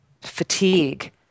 fatigue